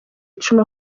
icumi